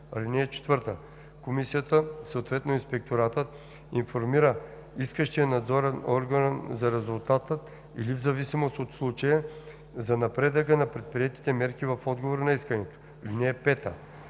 съюз. (4) Комисията, съответно инспекторатът информира искащия надзорен орган за резултатите или, в зависимост от случая, за напредъка на предприетите мерки в отговор на искането. (5)